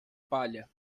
palha